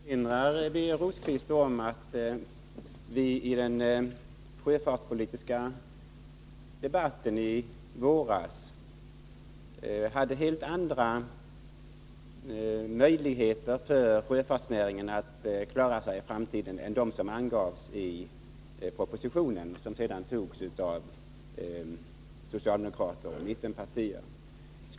Herr talman! Jag erinrar Birger Rosqvist om att det, när den sjöfartspo Onsdagen den litiska debatten fördes i våras, fanns helt andra möjligheter för sjöfartsnä 1 december 1982 ringen att klara sig i framtiden än de möjligheter som angavs i propositionen, som sedan antogs av socialdemokraterna och mittenpartierna.